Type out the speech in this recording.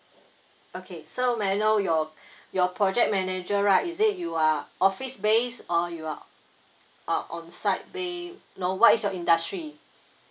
okay so may I know your your project manager right is it you are office base or you are uh on site based know what is your industry